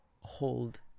hold